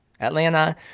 atlanta